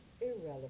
irrelevant